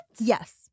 Yes